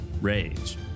rage